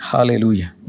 Hallelujah